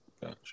Gotcha